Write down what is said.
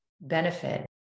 benefit